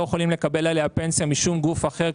יכולים לקבל עליה פנסיה משום גוף אחר,